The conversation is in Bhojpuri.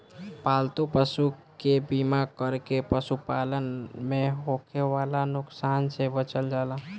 पालतू पशु के बीमा कर के पशुपालन में होखे वाला नुकसान से बचल जाला